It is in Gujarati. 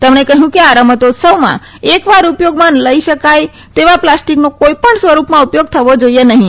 તેમણે કહ્યું કે આ રમતોત્સવમાં એકવાર ઉપયોગમાં લઈ શકાય તેવા પ્લાસ્ટીકનો કોઈપણ સ્વરૂપમાં ઉપયોગ થવો જોઈએ નહીં